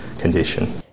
condition